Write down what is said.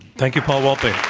thank you, paul wolpe.